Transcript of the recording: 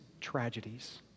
tragedies